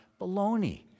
Baloney